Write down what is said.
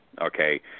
Okay